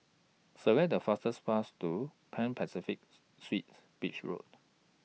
Select The fastest Path to Pan Pacific Suites Beach Road